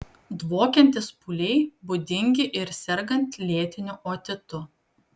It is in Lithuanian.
dvokiantys pūliai būdingi ir sergant lėtiniu otitu